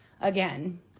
again